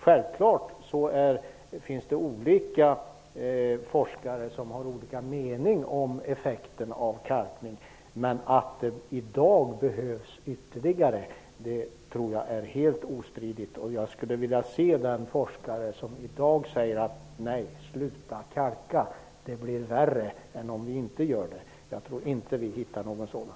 Självfallet finns det forskare som har olika meningar om effekterna av kalkning, men jag tror att det är helt ostridigt att det behövs mer kalkning. Jag skulle vilja se den forskare som i dag säger: Nej, sluta kalka! Det blir värre än om vi inte gör det. Jag tror inte att vi hittar någon sådan.